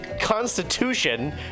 Constitution